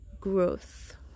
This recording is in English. growth